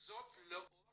וזאת לאור